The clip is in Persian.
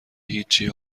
هیچی